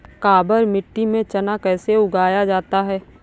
काबर मिट्टी में चना कैसे उगाया जाता है?